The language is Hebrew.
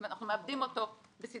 ואנחנו מאבדים אותו בסיטואציות